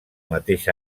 mateix